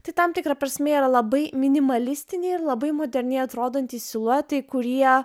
tai tam tikra prasme yra labai minimalistiniai ir labai moderniai atrodantys siluetai kurie